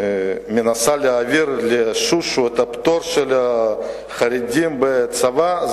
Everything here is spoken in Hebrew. מנסה להעביר ב"שושו" את הפטור של החרדים מהצבא.